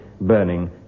burning